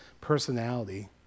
personality